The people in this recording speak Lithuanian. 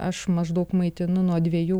aš maždaug maitinu nuo dviejų